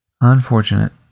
Unfortunate